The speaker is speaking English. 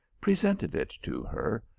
presented it to her,